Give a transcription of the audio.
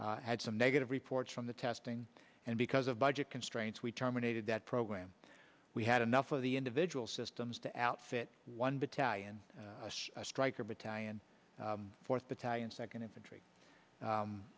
had some negative reports from the testing and because of budget constraints we terminated that program we had enough of the individual systems to outfit one battalion stryker battalion fourth battalion second infantry